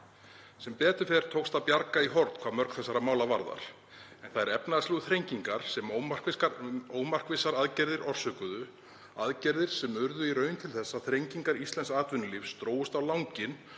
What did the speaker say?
Sem betur fer tókst að bjarga í horn hvað mörg þessara mála varðaði en þær efnahagslegu þrengingar sem ómarkvissar aðgerðir orsökuðu, aðgerðir sem urðu í raun til þess að þrengingar íslensks atvinnulífs drógust á langinn